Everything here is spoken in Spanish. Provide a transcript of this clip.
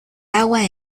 agua